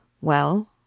Well